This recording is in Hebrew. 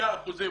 ב-99% מהאחוזים,